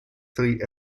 three